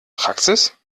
praxis